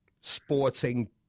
sporting